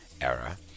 era